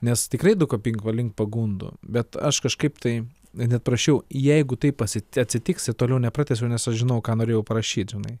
nes tikrai daug aplink va link pagundų bet aš kažkaip tai net net parašiau jeigu taip atsi atsitiksir toliau nepratęsiau nes aš žinau ką norėjau parašyt žinai